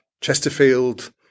Chesterfield